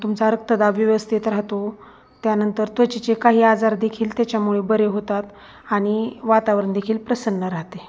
तुमचा रक्तदाब व्यवस्थित राहतो त्यानंतर त्वचेचे काही आजारदेखील त्याच्यामुळे बरे होतात आणि वातावरणदेखील प्रसन्न राहतं